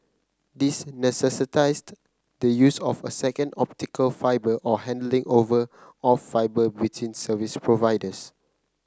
these necessitated the use of a second optical fibre or handing over of fibre between service providers